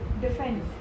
defend